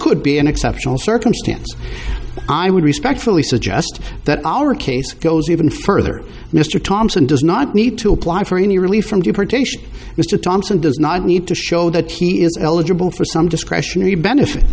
could be an exceptional circumstance i would respectfully suggest that our case goes even further mr thompson does not need to apply for any relief from deportation mr thompson does not need to show that he is eligible for some discretionary benefit